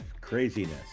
craziness